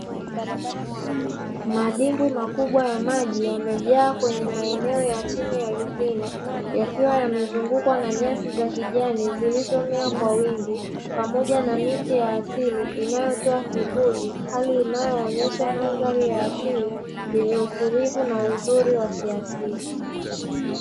Madimbwi makubwa ya maji yamejaa kwenye maeneo ya chini ardhini, yakiwa yamezungukwa na nyasi za kijani, zilizomea kwa wingi pamoja na miti ya asili inayotoa kivuli, hali inayoonyesha mandhari ya asili yenye utulivu na uzuri wa kiasili.